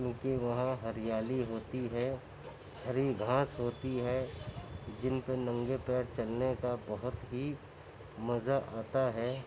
کیوںکہ وہاں ہریالی ہوتی ہے ہری گھاس ہوتی ہے جن پہ ننگے پیر چلنے کا بہت ہی مزہ آتا ہے